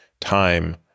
time